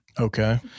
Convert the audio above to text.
Okay